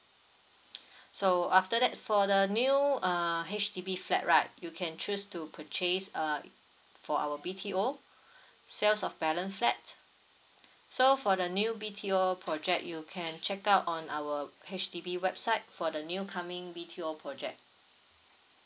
so after that for the new err H_D_B flat right you can choose to purchase uh for our B_T_O sales of balance flat so for the new B_T_O project you can check out on our H_D_B website for the new coming B_T_O project